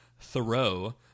Thoreau